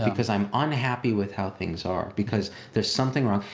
ah because i'm unhappy with how things are, because there's something wrong.